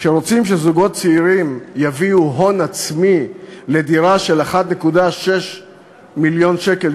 כשרוצים שזוגות צעירים יביאו הון עצמי לדירה של 1.6 מיליון שקל,